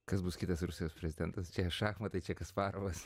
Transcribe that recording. kas bus kitas rusijos prezidentas šachmatai čia kasparovas